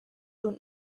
und